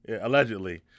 allegedly